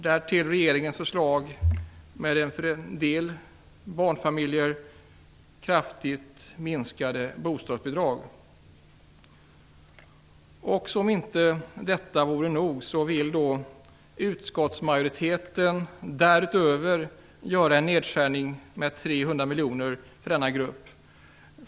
Därtill kommer regeringens förslag, med för en del barnfamiljer kraftigt minskade bostadsbidrag. Och som om inte detta vore nog, vill utskottsmajoriteten därutöver göra en nedskärning med 300 miljoner för denna grupp.